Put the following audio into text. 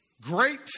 great